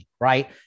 right